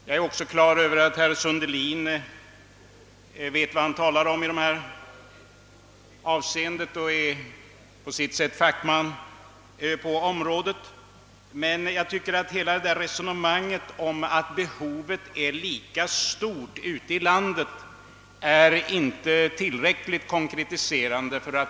Jag är också på det klara med att herr Sundelin vet vad han talar om; på sätt och vis är han fackman på området. Jag tycker dock att hela resonemanget om att behovet är lika stort ute i landet inte är tillräckligt konkretiserande.